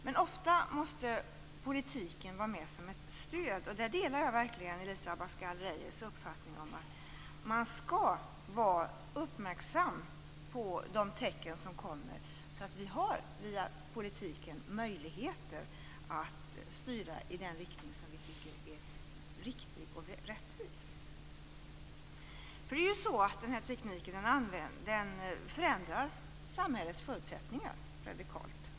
Men ofta måste politiken vara med som ett stöd. Där delar jag verkligen Elisa Abascal Reyes uppfattning om att man skall vara uppmärksam på de tecken som kommer så att vi, med hjälp av politiken, får möjligheter att styra i den riktning som vi tycker är riktig och rättvis. Tekniken förändrar samhällets förutsättningar radikalt.